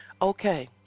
Okay